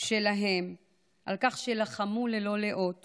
שלהם על כך שלחמו ללא לאות